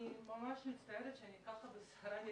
אני ממש מצטערת שאני נכנסת ככה בסערה,